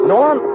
Norm